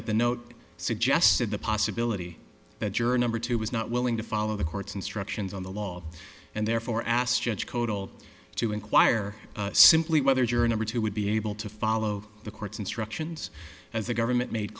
that the note suggested the possibility that juror number two was not willing to follow the court's instructions on the law and therefore asked judge total to inquire simply whether you're a number two would be able to follow the court's instructions as the government made